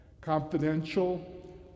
Confidential